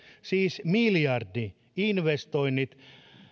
siis miljardi investoinnit